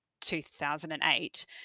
2008